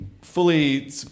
fully